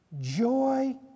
joy